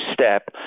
step